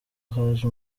haje